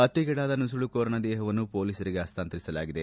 ಹತ್ಯೆ ಗೀಡಾದ ನುಸುಳುಕೋರನ ದೇಹವನ್ನು ಪೊಲೀಸರಿಗೆ ಹಸ್ತಾಂತರಿಸಲಾಗಿದೆ